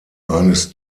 eines